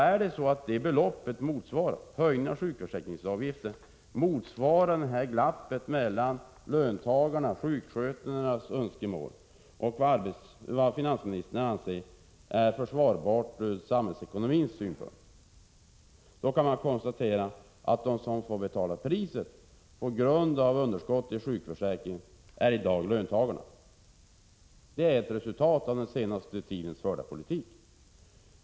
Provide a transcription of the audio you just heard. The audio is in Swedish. Är det så att höjningen av sjukförsäkringsavgiften motsvarar glappet mellan löntagarnas — t.ex. sjuksköterskornas — önskemål och vad finansministern anser är försvarbart ur samhällsekonomisk synpunkt, då kan jag konstatera att de som i dag får betala priset, på grund av underskottet i sjukförsäkringen, är löntagarna. Det är resultatet av den senaste tidens förda politik.